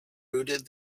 rooted